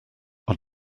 ond